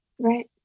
Right